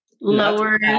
Lower